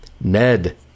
Ned